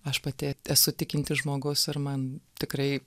aš pati esu tikintis žmogus ir man tikrai